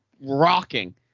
rocking